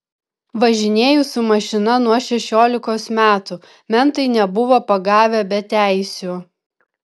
važinėju su mašina nuo šešiolikos metų mentai nebuvo pagavę be teisių